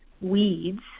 weeds